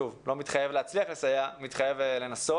שוב, לא מתחייב להצליח לסייע, מתחייב לנסות.